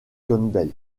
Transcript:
campbell